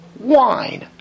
wine